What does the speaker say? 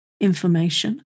information